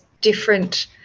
different